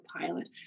pilot